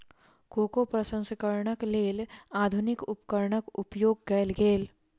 cocoa प्रसंस्करणक लेल आधुनिक उपकरणक उपयोग कयल गेल